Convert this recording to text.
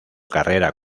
carrera